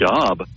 job